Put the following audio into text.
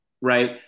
right